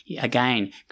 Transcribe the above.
again